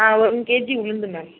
ஆ one KG உளுந்து ma'am